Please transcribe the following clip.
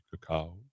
cacao